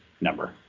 number